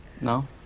No